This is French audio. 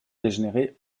dégénérer